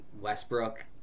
Westbrook